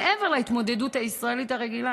מעבר להתמודדות הישראלית הרגילה,